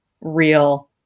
real